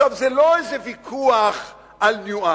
זה לא איזה ויכוח על ניואנס.